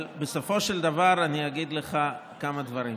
אבל בסופו של דבר אני אגיד לך כמה דברים: